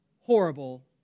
horrible